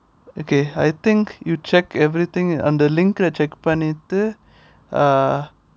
okay I think you check everything அந்த:antha link leh check பண்ணிட்டு:pannittu [huh]